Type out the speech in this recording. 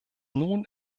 nun